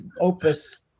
opus